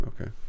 Okay